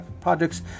projects